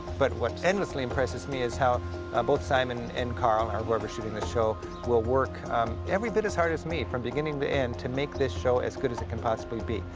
but what endlessly impresses me is how ah both simon and karel or whoever's shooting the show will work every bit as hard as me from beginning to end to make this show as good as it can possibly be.